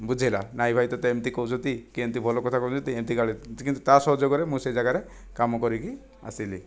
ବୁଝେଇଲା ନାଇଁ ଭାଇ ତୋତେ ଏମିତି କହୁଛନ୍ତି କେମିତି ଭଲ କଥା କହୁଛନ୍ତି ଏମିତି ଗାଳି କିନ୍ତୁ ତା ସହଯୋଗରେ ମୁଁ ସେ ଜାଗାରେ କାମ କରିକି ଆସିଲି